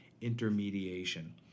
intermediation